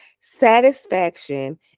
satisfaction